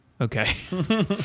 Okay